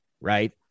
Right